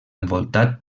envoltat